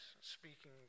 speaking